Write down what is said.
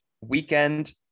weekend